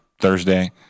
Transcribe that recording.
Thursday